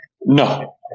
No